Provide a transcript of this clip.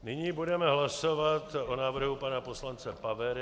Nyní budeme hlasovat o návrhu pana poslance Pavery.